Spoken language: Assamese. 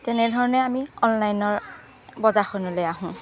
তেনেধৰণেই আমি অনলাইনৰ বজাৰখনলৈ আহোঁ